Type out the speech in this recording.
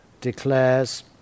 declares